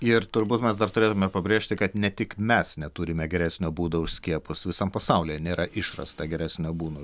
ir turbūt mes dar turėtume pabrėžti kad ne tik mes neturime geresnio būdo už skiepus visam pasaulyje nėra išrasta geresnio būdo